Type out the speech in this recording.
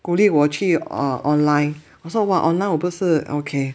鼓励我去 err online 我说哇 online 我不是 okay